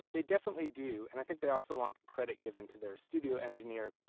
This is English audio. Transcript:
they definitely do and i think they also want credit given to their studio engineer,